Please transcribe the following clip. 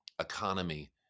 economy